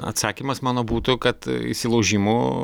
atsakymas mano būtų kad įsilaužimų